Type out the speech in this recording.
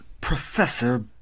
Professor